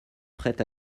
prête